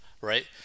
right